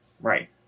Right